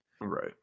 Right